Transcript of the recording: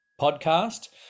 podcast